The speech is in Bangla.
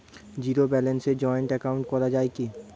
জীরো ব্যালেন্সে জয়েন্ট একাউন্ট করা য়ায় কি?